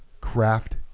craft